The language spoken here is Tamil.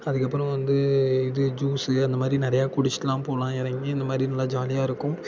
அதுக்கப்புறம் வந்து இது ஜூஸு அந்தமாதிரி நிறையா குடிச்சுட்டுலாம் போகலாம் இறங்கி இந்தமாதிரி நல்லா ஜாலியாக இருக்கும்